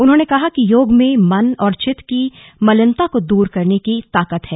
उन्होंने कहा कि योग में मन और चित की मलिनता को दूर करने की ताकत है